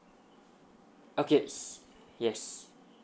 okay s~ yes